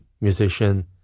musician